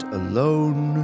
alone